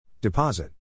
Deposit